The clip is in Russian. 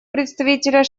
представителя